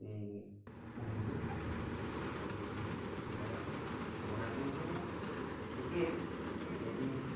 এই পুহিবলৈ আৰু ইয়াৰ গুণাগুণটো ঠিকেই সেহেঁতি